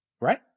Right